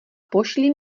pošli